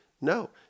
no